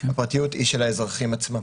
הפרטיות היא של האזרחים עצמם.